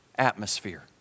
atmosphere